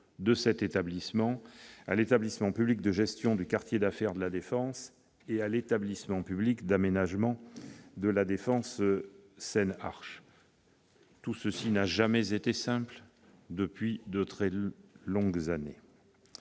de cet établissement à l'Établissement public de gestion du quartier d'affaires de La Défense et à l'Établissement public d'aménagement de La Défense Seine Arche ». Cela n'a rien de simple depuis longtemps